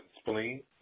spleen